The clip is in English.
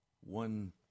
One